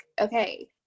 okay